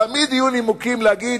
תמיד יהיו נימוקים להגיד: